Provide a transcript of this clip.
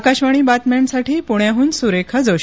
आकाशवाणी बातम्यांसाठी पुण्याहून सुरेखा जोशी